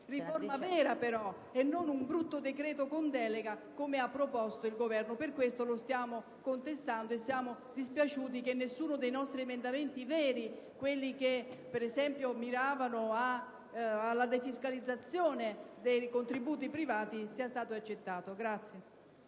Riforma vera, però, non un brutto decreto con delega, come ha proposto il Governo. Per questo stiamo contestando il provvedimento e siamo dispiaciuti che nessuno dei nostri emendamenti veri, come quelli che, per esempio, miravano alla defiscalizzazione dei contributi privati, sia stato accettato.